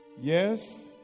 Yes